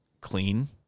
clean